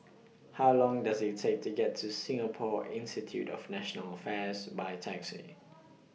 How Long Does IT Take to get to Singapore Institute of National Affairs By Taxi